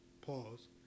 pause